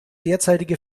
derzeitige